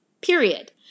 period